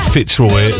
Fitzroy